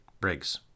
Briggs